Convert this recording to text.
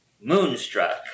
Moonstruck